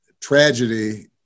tragedy